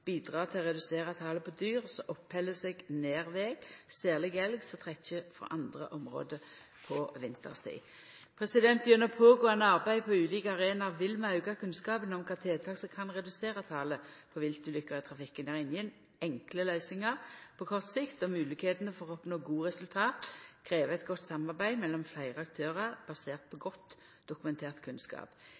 til å redusera talet på dyr som oppheld seg nær veg, særleg elg som trekkjer frå andre område på vinterstid. Gjennom pågåande arbeid på ulike arenaer vil vi auka kunnskapen om kva tiltak som kan redusera talet på viltulukker i trafikken. Det er ingen enkle løysingar på kort sikt, og moglegheitene for å oppnå gode resultat krev eit godt samarbeid mellom fleire aktørar, basert på godt dokumentert kunnskap.